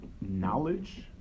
knowledge